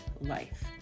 life